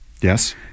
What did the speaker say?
Yes